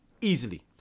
Easily